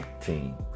team